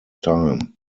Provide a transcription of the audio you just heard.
time